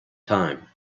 time